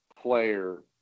player